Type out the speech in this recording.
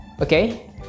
okay